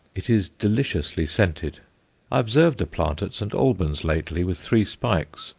it is deliciously scented. i observed a plant at st. albans lately with three spikes,